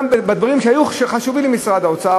גם בדברים שהיו חשובים למשרד האוצר,